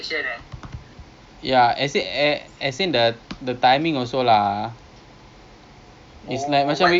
blue zone one ride is fifteen token so boleh lah mampu kalau you nak two rides from green orange or blue zone